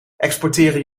exporteren